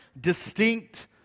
distinct